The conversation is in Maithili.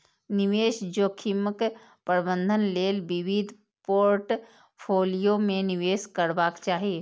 निवेश जोखिमक प्रबंधन लेल विविध पोर्टफोलियो मे निवेश करबाक चाही